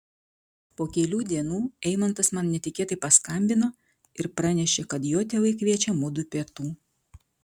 po kelių dienų eimantas man netikėtai paskambino ir pranešė kad jo tėvai kviečia mudu pietų